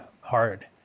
hard